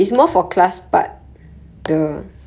orh